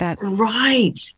Right